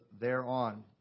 thereon